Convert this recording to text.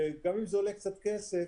גם אם זה עולה קצת כסף,